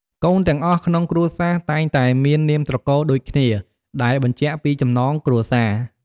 កូនទាំងអស់ក្នុងគ្រួសារតែងតែមាននាមត្រកូលដូចគ្នា ដែលបញ្ជាក់ពីចំណងគ្រួសារ។